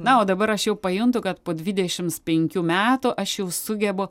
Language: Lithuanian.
na o dabar aš jau pajuntu kad po dvidešimt penkių metų aš jau sugebu